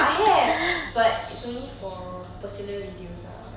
I have but it's only for personal videos ah